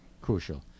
crucial